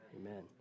Amen